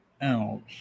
else